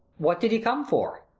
what did he come for?